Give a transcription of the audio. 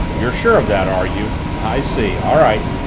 you're sure of that, are you? i see. all right.